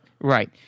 right